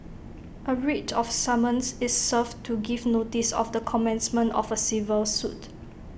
A writ of summons is served to give notice of the commencement of A civil suit